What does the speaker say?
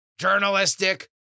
Journalistic